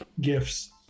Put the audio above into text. gifts